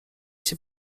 się